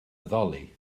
addoli